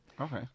Okay